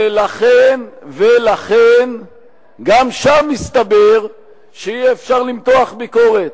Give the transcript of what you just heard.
ולכן גם שם מסתבר שאי-אפשר למתוח ביקורת.